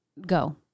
go